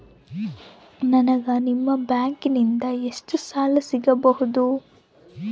ನನಗ ನಿಮ್ಮ ಬ್ಯಾಂಕಿನಿಂದ ಎಷ್ಟು ಸಾಲ ಸಿಗಬಹುದು?